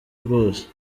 rwose